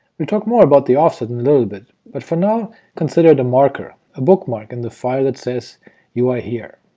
we'll talk more about the offset in a little bit, but for now consider it a marker, a bookmark in the file that says you are here.